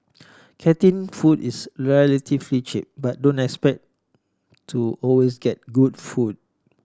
canteen food is relatively cheap but don't expect to always get good food